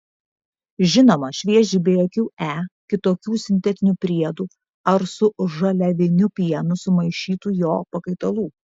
žinoma švieži be jokių e kitokių sintetinių priedų ar su žaliaviniu pienu sumaišytų jo pakaitalų